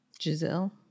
Giselle